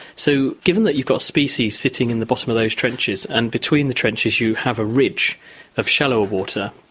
so given that you've got species sitting in the bottom of those trenches and between the trenches you have a ridge of shallower water,